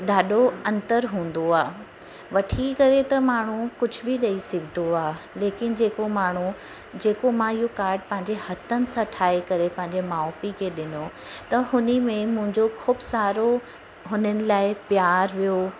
ॾाढो अंतर हूंदो आहे वठी करे त माण्हू कुझु बि ॾेई सघंदो आहे लेकिन जेको माण्हू जेको मां इहो कार्ड पंहिंजे हथनि सां ठाहे करे पंहिंजे माउ पीउ खे ॾिनो त हुन में मुंहिंजो ख़ूब सारो हुननि लाइ प्यार हुयो